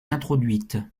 introduites